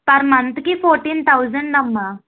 per మంత్కి fourteen thousand అమ్మా